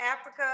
Africa